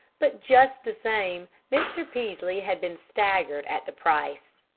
but just the same, mr. peaslee had been staggered at the price.